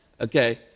Okay